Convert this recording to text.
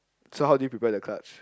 so how did you prepare the clutch